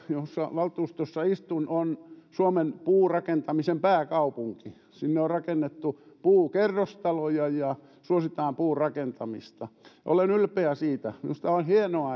valtuustossa istun on suomen puurakentamisen pääkaupunki sinne on rakennettu puukerrostaloja ja siellä suositaan puurakentamista olen ylpeä siitä minusta on hienoa